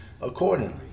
accordingly